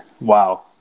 wow